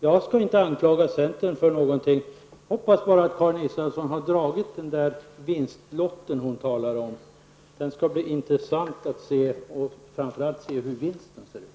Jag skall inte anklaga centern för något. Jag hoppas bara att Karin Israelsson dragit den vinstlott hon talar om. Det skall bli intressant att se hur vinsten ser ut.